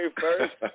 first